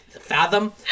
fathom